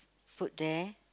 food there